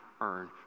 earn